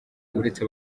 uretse